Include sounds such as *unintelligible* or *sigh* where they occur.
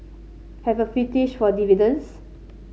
have a *unintelligible* for dividends